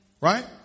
Right